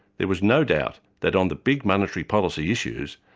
there was no doubt that on the big monetary policy issues,